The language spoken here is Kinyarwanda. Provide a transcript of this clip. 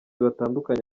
batandukanye